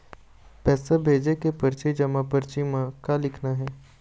पैसा भेजे के परची जमा परची म का लिखना हे?